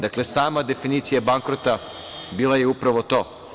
Dakle, sama definicija bankrota bila je upravo to.